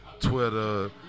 Twitter